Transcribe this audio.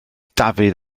dafydd